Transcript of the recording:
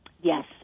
Yes